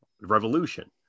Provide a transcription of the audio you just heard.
revolution